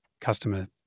customer